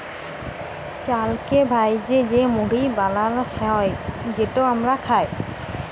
চালকে ভ্যাইজে যে মুড়ি বালাল হ্যয় যেট আমরা খাই